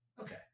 okay